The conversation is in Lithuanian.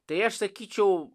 tai aš sakyčiau